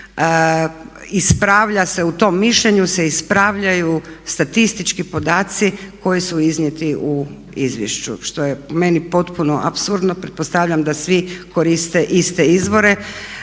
u tom mišljenju se ispravljaju statistički podaci koji su iznijeti u izvješću što je po meni potpuno apsurdno. Pretpostavljam da svi koriste izvore